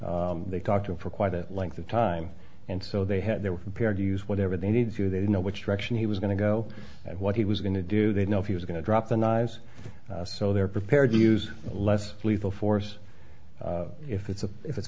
brown they talked to him for quite at length of time and so they had they were prepared to use whatever they need to do they know which direction he was going to go and what he was going to do they know if he was going to drop the knives so they're prepared to use less lethal force if it's a if it's